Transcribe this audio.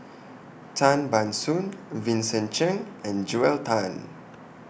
Tan Ban Soon Vincent Cheng and Joel Tan